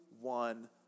One